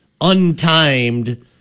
untimed